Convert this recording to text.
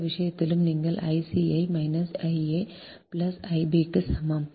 இந்த விஷயத்திலும் நீங்கள் I c ஐ minus a plus I b க்கு சமம்